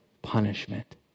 punishment